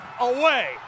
away